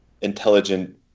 intelligent